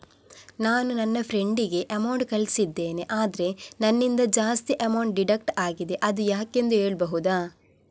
ನಾನು ನನ್ನ ಫ್ರೆಂಡ್ ಗೆ ಅಮೌಂಟ್ ಕಳ್ಸಿದ್ದೇನೆ ಆದ್ರೆ ನನ್ನಿಂದ ಜಾಸ್ತಿ ಅಮೌಂಟ್ ಡಿಡಕ್ಟ್ ಆಗಿದೆ ಅದು ಯಾಕೆಂದು ಹೇಳ್ಬಹುದಾ?